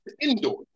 indoors